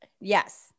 yes